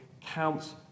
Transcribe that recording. counts